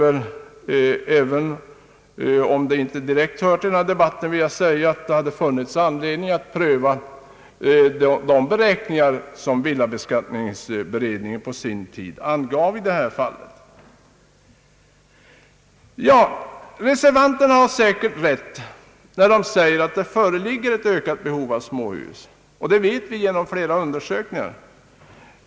även om det inte direkt hör till denna debatt vill jag säga att det hade funnits anledning att pröva de beräkningar som villabeskattningsberedningen på sin tid angav i detta avseende. Reservanterna har säkert rätt när de säger att det föreligger ett ökat behov av småhus — något som vi vet genom flera undersökningar.